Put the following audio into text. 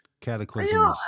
cataclysm